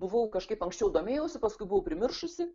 buvau kažkaip anksčiau domėjausi paskui buvau primiršusi